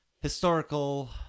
historical